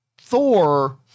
Thor